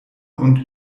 und